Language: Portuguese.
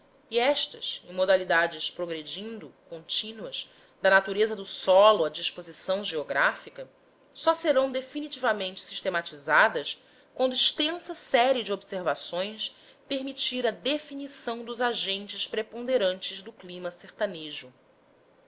e estas em modalidades progredindo contínuas da natureza do solo à disposição geográfica só serão definitivamente sistematizadas quando extensa série de observações permitir a definição dos agentes preponderantes do clima sertanejo